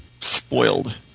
spoiled